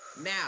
Now